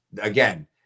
again